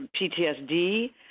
PTSD